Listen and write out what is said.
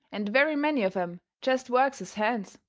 and very many of em jest works as hands.